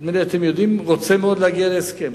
נדמה לי שאתם יודעים, שרוצה מאוד להגיע להסכם.